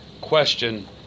question